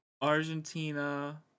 Argentina